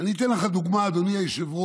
אני אתן לך דוגמה, אדוני היושב-ראש,